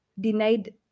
denied